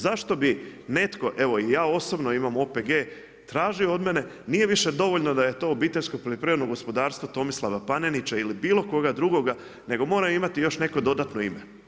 Zašto bi netko, evo i ja osobno imam OPG tražio od mene, nije više dovoljno da je to obiteljsko poljoprivredno gospodarstvo Tomislava Panenića ili bilo koga drugoga, nego mora imati još neko dodatno ime.